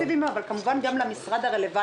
זה כן בתוך ה-flat.